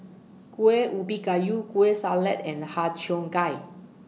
Kueh Ubi Kayu Kueh Salat and Har Cheong Gai